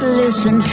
listen